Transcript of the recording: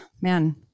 man